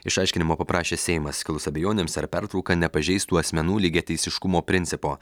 išaiškinimo paprašė seimas kilus abejonėms ar pertrauka nepažeistų asmenų lygiateisiškumo principo